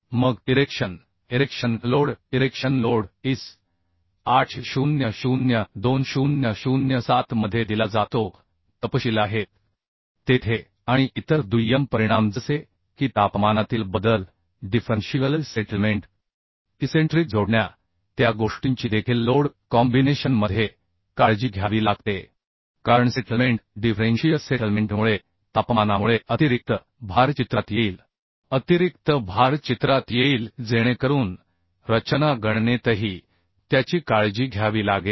मग erection load erection load IS 800 2007 मध्ये दिला जातोः तपशील आहेत तेथे आणि इतर दुय्यम परिणाम जसे की तापमानातील बदल डिफरन्शिअल सेटलमेंट इसेंट्रिक जोडण्या त्या गोष्टींची देखील लोड कॉम्बिनेशन मध्ये काळजी घ्यावी लागते कारण सेटलमेंट डिफरेंशियल सेटलमेंटमुळे तापमानामुळे अतिरिक्त भार चित्रात येईल अतिरिक्त भार चित्रात येईल जेणेकरून रचना गणनेतही त्याची काळजी घ्यावी लागेल